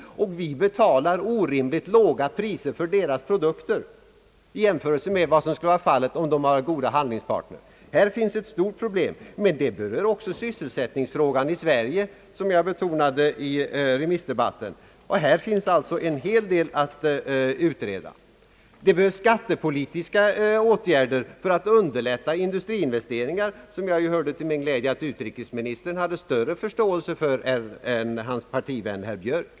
Vi betalar orimligt låga priser för deras produkter i jämförelse med vad som skulle vara fallet om de var goda förhandlare. Här föreligger ett stort problem, men det berör också sysselsättningsfrågan i Sverige, vilket jag betonade i remissdebatten. Det återstår alltså en hel rad frågor att utreda. Det behövs t.ex. politiska åtgärder för att underlätta industriinvesteringar. Till min glädje hörde jag att utrikesministern hade större förståelse för detta än hans partivän herr Björk har.